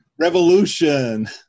Revolution